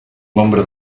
nombre